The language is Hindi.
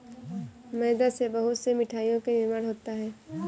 मैदा से बहुत से मिठाइयों का निर्माण होता है